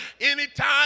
Anytime